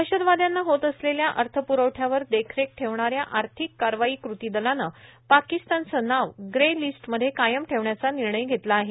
दहशदवाद्यांना होत असलेल्या अर्थप्रवठ्यावर देखरेख ठेवणाऱ्या आर्थिक कारवाई कृती दलानं पाकिस्तानचं नाव ग्रे लिस्ट मध्ये कायम ठेवण्याचा निर्णय घेतला आहे